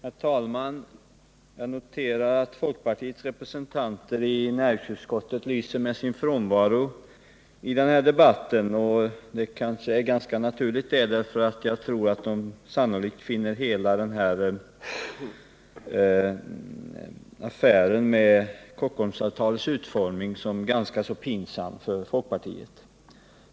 Herr talman! Jag noterar att folkpartiets representanter i näringsutskottet lyser med sin frånvaro i denna debatt. Det kanske är naturligt, för jag tror att de finner hela affären med Kockumsavtalet ganska pinsam för folkpartiet.